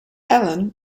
ellen